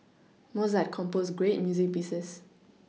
Mozart composed great music pieces